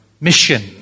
mission